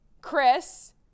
Chris